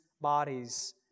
bodies